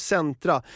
Centra